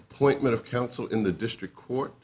appointment of counsel in the district court